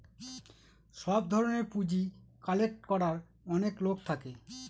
সব ধরনের পুঁজি কালেক্ট করার অনেক লোক থাকে